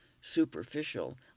superficial